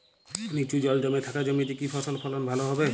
নিচু জল জমে থাকা জমিতে কি ফসল ফলন ভালো হবে?